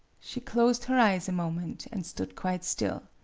she closed her eyes a moment, and stood quite still.